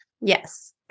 Yes